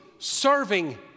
serving